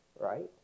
right